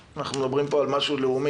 ואנחנו גם מדברים פה על משהו לאומי,